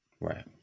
Right